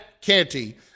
Canty